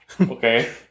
Okay